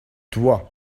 toi